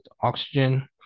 oxygen